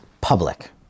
public